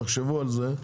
תחשבו את זה,